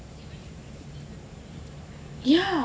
ya